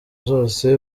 zose